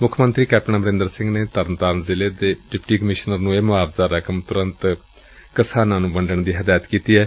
ਮੁੱਖ ਮੰਤਰੀ ਕੈਪਟਨ ਅਮਰਿੰਦਰ ਸਿੰਘ ਨੇ ਤਰਨ ਤਾਰਨ ਜ਼ਿਲ੍ਹੇ ਦੇ ਡਿਪਟੀ ਕਮਿਸ਼ਨਰ ਨੂੰ ਇਹ ਮੁਆਵਜ਼ਾ ਰਕਮ ਸਬੰਧਤ ਕਿਸਾਨਾਂ ਨੂੰ ਤੁਰੰਤ ਵੰਡਣ ਦੀ ਹਦਾਇਤ ਕੀਤੀ ਏ